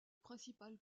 principal